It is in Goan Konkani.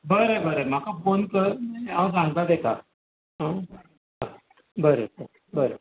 बरें बरें म्हाका फोन कर हांव सांगतां ताका आं बरें बरें बरें